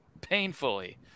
painfully